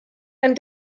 ein